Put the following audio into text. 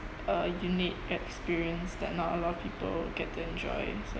a unique experience that not a lot of people get to enjoy so